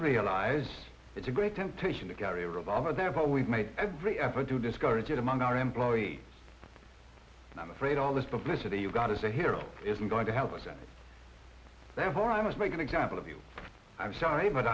realized it's a great temptation to carry a revolver they have always made every effort to discourage it among our employees i'm afraid all this publicity you've got as a hero isn't going to help us and therefore i must make an example of you i'm sorry but